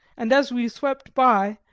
and as we swept by,